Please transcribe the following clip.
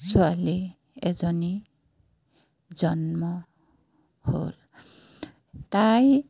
ছোৱালী এজনী জন্ম হ'ল তাই